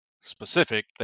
specific